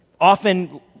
often